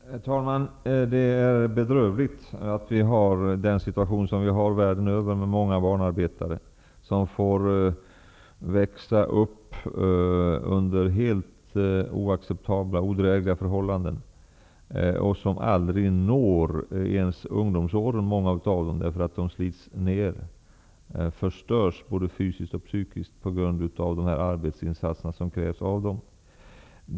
Herr talman! Det är bedrövligt att vi har den situation vi har världen över, med många barnarbetare som får växa upp under helt oacceptabla och odrägliga förhållanden. Många av dem når aldrig ens ungdomsåren, därför att de slits ner, förstörs både fysiskt och psykiskt på grund av de arbetsinsatser som krävs av dem.